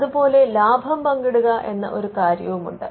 അതുപോലെ ലാഭം പങ്കിടുക എന്ന ഒരു കാര്യവുമുണ്ട്